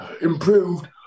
improved